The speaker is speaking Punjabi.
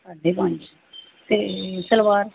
ਸਾਢੇ ਪੰਜ ਅਤੇ ਸਲਵਾਰ